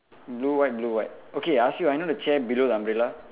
blue white blue white okay I ask you ah you know the chair below the umbrella